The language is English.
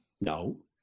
No